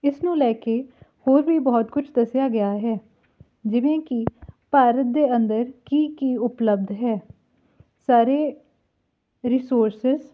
ਇਸਨੂੰ ਲੈ ਕੇ ਹੋਰ ਵੀ ਬਹੁਤ ਕੁਛ ਦੱਸਿਆ ਗਿਆ ਹੈ ਜਿਵੇਂ ਕਿ ਭਾਰਤ ਦੇ ਅੰਦਰ ਕੀ ਕੀ ਉਪਲਬਧ ਹੈ ਸਾਰੇ ਰੀਸੋਰਸਿਸ